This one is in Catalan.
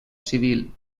civil